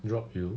drop you